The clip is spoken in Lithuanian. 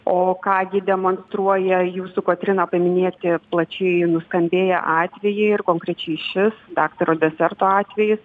o ką gi demonstruoja jūsų kotryna paminėti plačiai nuskambėję atvejai ir konkrečiai šis daktaro deserto atvejis